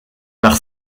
par